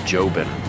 Jobin